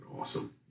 awesome